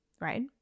right